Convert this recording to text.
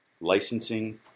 licensing